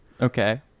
Okay